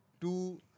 Two